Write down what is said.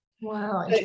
Wow